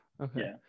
Okay